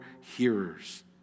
hearers